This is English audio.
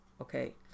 Okay